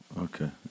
Okay